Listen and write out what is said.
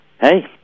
hey